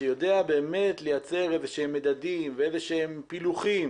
שיודע באמת לייצר איזה שהם מדדים ואיזה שהם פילוחים,